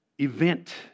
event